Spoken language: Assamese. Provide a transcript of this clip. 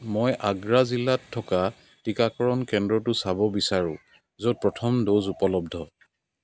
মই আগ্ৰা জিলাত থকা টীকাকৰণ কেন্দ্ৰটো চাব বিচাৰোঁ য'ত প্ৰথম ড'জ উপলব্ধ